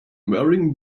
wearing